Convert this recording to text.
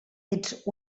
ets